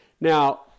now